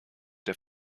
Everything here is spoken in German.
der